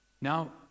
Now